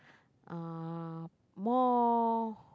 uh more